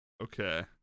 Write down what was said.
Okay